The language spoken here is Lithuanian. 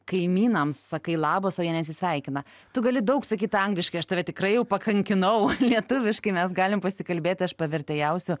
kaimynams sakai labas o jie nesisveikina tu gali daug sakyt angliškai aš tave tikrai jau pakankinau lietuviškai mes galim pasikalbėt aš pavertėjausiu